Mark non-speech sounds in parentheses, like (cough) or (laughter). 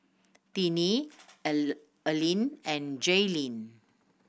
Tinie (unintelligible) Aline and Jailene